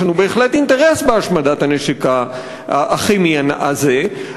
יש לנו בהחלט אינטרס בהשמדת הנשק הכימי הזה,